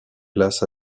places